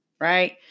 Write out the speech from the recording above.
right